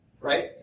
right